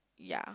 ya